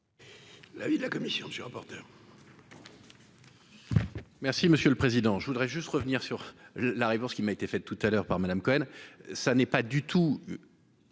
L'avis de la commission monsieur rapporteur. Merci monsieur le Président, je voudrais juste revenir sur la réponse qui m'a été faite tout à l'heure par Madame Cohen, ça n'est pas du tout.